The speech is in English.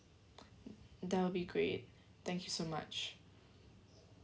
that will be great thank you so much